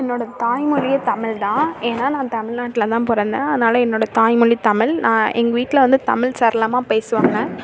என்னோடய தாய்மொழியே தமிழ்தான் ஏன்னா நான் தமிழ்நாட்டில் தான் பிறந்தேன் அதனால என்னோடய தாய்மொழி தமிழ் நான் எங்கள் வீட்டில் வந்து தமிழ் சரளமாக பேசுவாங்க